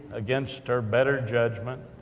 against her better judgment.